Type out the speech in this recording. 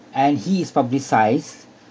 and he is publicised